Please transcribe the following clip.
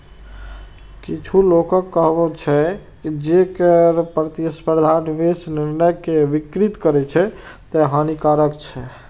किछु लोकक कहब छै, जे कर प्रतिस्पर्धा निवेश निर्णय कें विकृत करै छै, तें हानिकारक छै